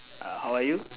uh how are you